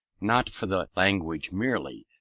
not for the language merely,